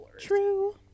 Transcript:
True